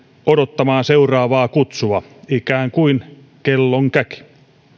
odottamaan seuraavaa kutsua ikään kuin kellon käki